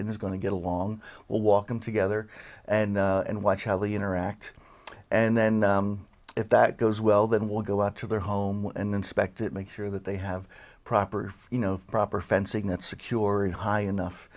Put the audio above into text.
is going to get along well walking together and watch how they interact and then if that goes well then we'll go up to their home and inspect it make sure that they have proper you know proper fencing that secured high enough